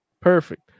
perfect